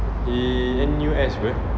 he N_U_S [pe]